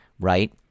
right